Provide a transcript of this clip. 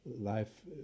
life